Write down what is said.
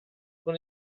con